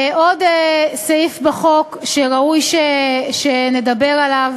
עוד סעיף בחוק שראוי שנדבר עליו